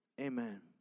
amen